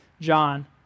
John